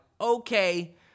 okay